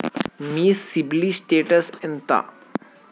మీ CIBIL status ఎంత?